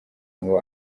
ngo